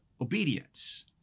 obedience